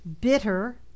bitter